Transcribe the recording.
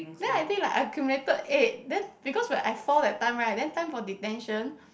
ya I think like accumulated eight then because when I found that time right then time for detention